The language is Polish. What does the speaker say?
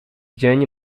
dzień